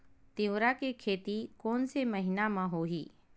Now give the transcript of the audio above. तीवरा के खेती कोन से महिना म होही?